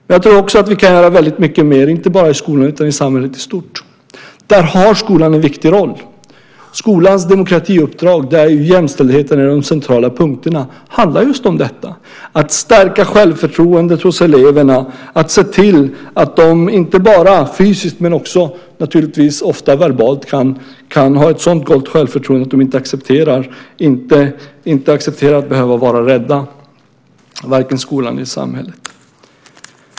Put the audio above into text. Men jag tror också att vi kan göra väldigt mycket mer, inte bara i skolan utan i samhället i stort. Där har skolan en viktig roll. I skolans demokratiuppdrag är jämställdheten en av de centrala punkterna. Det handlar just om att stärka självförtroendet hos eleverna, att se till att de inte bara fysiskt utan också naturligtvis ofta verbalt kan ha ett sådant gott självförtroende att de inte accepterar att behöva vara rädda, varken i skolan eller i samhället.